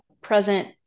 present